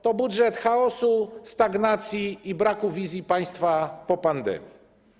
To budżet chaosu, stagnacji i braku wizji państwa po pandemii.